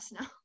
now